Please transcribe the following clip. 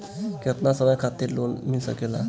केतना समय खातिर लोन मिल सकेला?